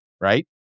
right